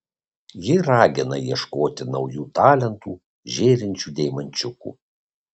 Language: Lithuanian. ji ragina ieškoti naujų talentų žėrinčių deimančiukų